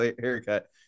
haircut